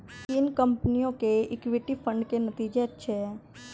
किन कंपनियों के इक्विटी फंड के नतीजे अच्छे हैं?